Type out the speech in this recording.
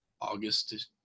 August